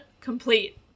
complete